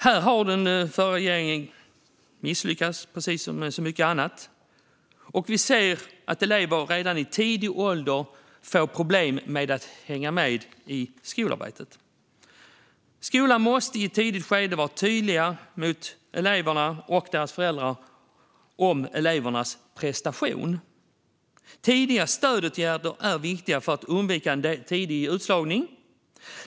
Här har den förra regeringen misslyckats - precis som med så mycket annat - och elever får redan i tidig ålder problem att hänga med i skolarbetet. Skolan måste i ett tidigt skede vara tydlig mot elever och deras föräldrar om elevernas prestation. Tidiga stödåtgärder är viktiga för att undvika tidig utslagning.